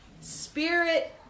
Spirit